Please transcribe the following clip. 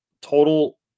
total